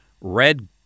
red